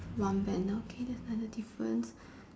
one banner okay that's another difference